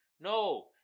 No